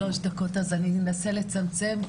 שלוש דקות, אז אני אנסה לצמצם.